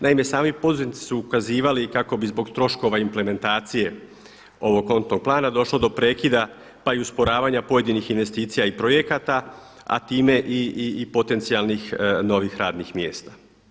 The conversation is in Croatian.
Naime, sami poduzetnici su ukazivali kako bi zbog troškova implementacije ovog kontnog plana došlo do prekida pa i usporavanja pojedinih investicija i projekata a time i potencijalnih novih radnih mjesta.